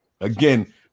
Again